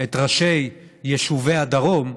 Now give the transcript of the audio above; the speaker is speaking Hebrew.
את ראשי יישובי הדרום.